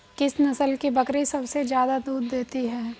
किस नस्ल की बकरी सबसे ज्यादा दूध देती है?